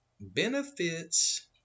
benefits